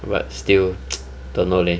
but still don't know leh